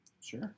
Sure